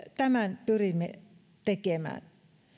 tämän pyrimme tekemään